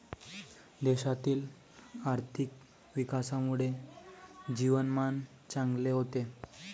देशातील आर्थिक विकासामुळे जीवनमान चांगले होते